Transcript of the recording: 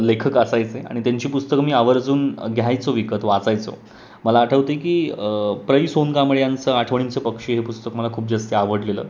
लेखक असायचे आणि त्यांची पुस्तकं मी आवर्जून घ्यायचो विकत वाचायचो मला आठवत आहे की प्र ई सोनकांबळे यांचं आठवणीचे पक्षी हे पुस्तक मला खूप जास्त आवडलेलं